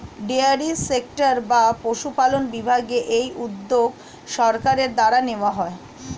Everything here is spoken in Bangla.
ডেয়ারি সেক্টর বা পশুপালন বিভাগে এই উদ্যোগ সরকারের দ্বারা নেওয়া হয়